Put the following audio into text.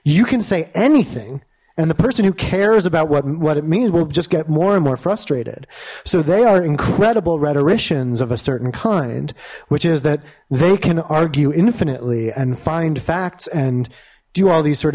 you can say anything and the person who cares about what what it means will just get more and more frustrated so they are incredible rhetorician z of a certain kind which is that they can argue infinitely and find facts and do all these sort